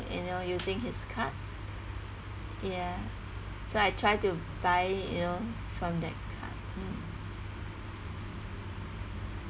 you know using his card ya so I try to buy you know from that card mm